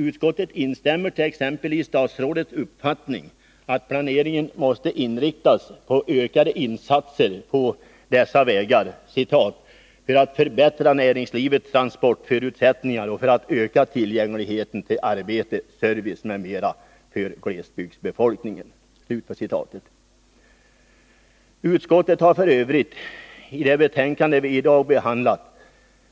Utskottet instämmer t.ex. i statsrådets uppfattning att planeringen måste inriktas på ökade insatser på dessa vägar ”för att förbättra näringslivets transportförutsättningar och för att öka tillgängligheten till arbete, service m.m. för glesbygdsbefolkningen”. Utskottet har f. ö. i det betänkande vi i dag